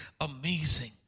amazing